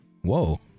Whoa